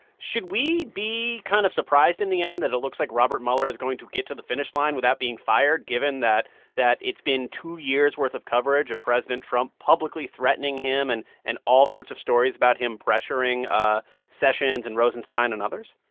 should we be kind of surprised in the end that it looks like robert mueller is going to get to the finish line without being fired, given that that it's been two years' worth of coverage of president from publicly threatening him and and all sorts of stories about him pressuring ah sessions and rosenstein and others?